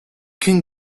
can